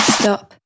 stop